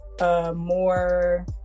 more